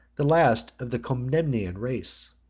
the last of the comnenian race,